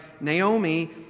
Naomi